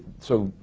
so,